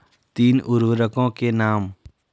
तीन उर्वरकों के नाम?